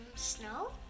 Snow